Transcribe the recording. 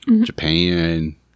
Japan